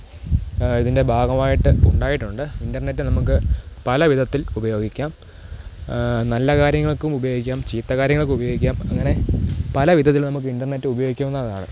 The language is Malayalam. ഇതിൻ്റെ ഭാഗമായിട്ട് ഉണ്ടായിട്ടുണ്ട് ഇൻ്റർനെറ്റ് നമുക്ക് പല വിധത്തിൽ ഉപയോഗിക്കാം നല്ല കാര്യങ്ങൾക്കും ഉപയോഗിക്കാം ചീത്ത കാര്യങ്ങൾക്ക് ഉപയോഗിക്കാം അങ്ങനെ പലവിധത്തിൽ നമുക്ക് ഇൻ്റർനെറ്റ് ഉപയോഗിക്കുന്നതാണ്